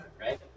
right